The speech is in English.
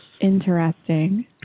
Interesting